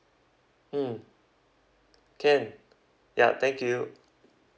mm can yup thank you